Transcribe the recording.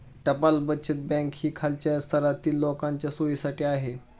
टपाल बचत बँक ही खालच्या स्तरातील लोकांच्या सोयीसाठी आहे